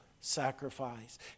sacrifice